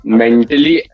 mentally